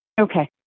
Okay